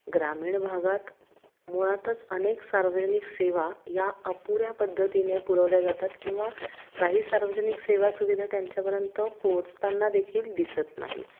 ग्रामीण भागात मुळातच अनेक सार्वजनिक सेवा या अपुऱ्या पद्धतीने पुरवल्या जातात किंवा काही सार्वजनिक सेवा सुविधा त्यांच्यापर्यंत पोहोचताना देखील दिसत नाही